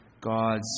God's